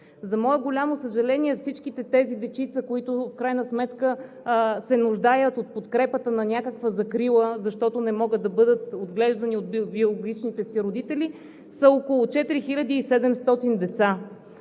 За мое голямо съжаление, всички тези дечица – 4700, в крайна сметка се нуждаят от подкрепата на някаква закрила, защото не могат да бъдат отглеждани от биологичните си родители. За мое